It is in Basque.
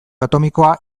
atomikoa